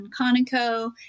Conoco